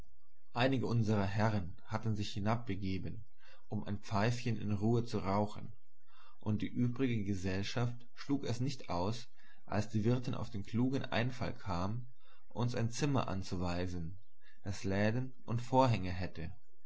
einige unserer herren hatten sich hinabbegeben um ein pfeifchen in ruhe zu rauchen und die übrige gesellschaft schlug es nicht aus als die wirtin auf den klugen einfall kam uns ein zimmer anzuweisen das läden und vorhänge hätte